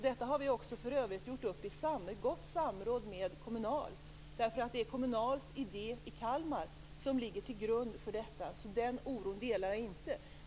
Detta har vi för övrigt gjort upp i gott samråd med Kommunal. Det är Kommunals idé i Kalmar som ligger till grund för detta. Så den oron delar jag inte.